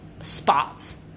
spots